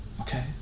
Okay